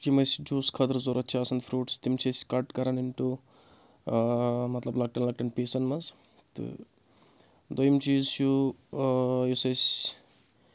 یِم أسۍ جوٗسہٕ خٲطرٕ ضوٚرَتھ چھِ آسان فروٗٹٕس تِم چھِ أسۍ کَٹ کَران اِن ٹُو آ مطلب لۄکٹؠن لۄکٹؠن پیٖسَن منٛز تہٕ دوٚیِم چیٖز چھُ یُس أسۍ